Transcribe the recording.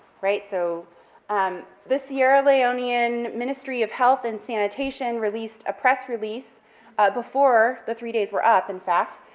right, so um the sierra leonean ministry of health and sanitation released a press release before the three days were up, in fact,